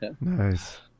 Nice